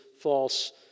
false